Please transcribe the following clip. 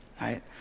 right